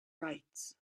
rights